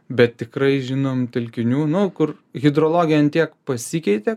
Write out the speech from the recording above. bet tikrai žinom telkinių nu kur hidrologija ant tiek pasikeitė